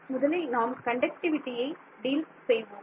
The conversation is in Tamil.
முதலில் நாம் கண்டக்டிவிட்டியை டீல் செய்வோம்